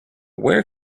where